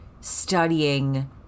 studying